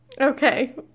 Okay